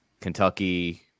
Kentucky